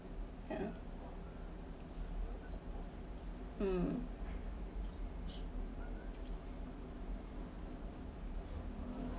ya um